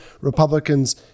Republicans